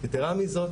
ייתרה מזאת,